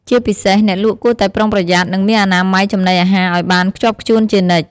ជាពិសេស អ្នកលក់គួរតែប្រុងប្រយ័ត្ន និងមានអនាម័យចំណីអាហារឱ្យបានខ្ជាប់ខ្ជួនជានិច្ច។